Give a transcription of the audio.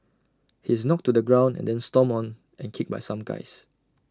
he is knocked to the ground and then stomped on and kicked by some guys